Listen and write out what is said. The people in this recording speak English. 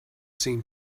seem